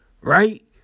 Right